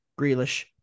Grealish